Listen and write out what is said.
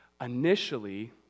Initially